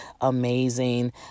amazing